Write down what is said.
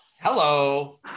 Hello